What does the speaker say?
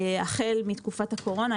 החל מתקופת הקורונה.